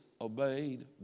obeyed